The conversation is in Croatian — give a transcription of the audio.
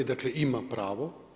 Dakle, ima pravo.